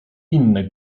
inne